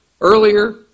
earlier